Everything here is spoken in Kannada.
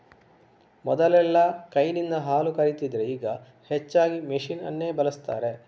ಮೊದಲೆಲ್ಲಾ ಕೈನಿಂದ ಹಾಲು ಕರೀತಿದ್ರೆ ಈಗ ಹೆಚ್ಚಾಗಿ ಮೆಷಿನ್ ಅನ್ನೇ ಬಳಸ್ತಾರೆ